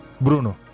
Bruno